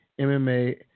MMA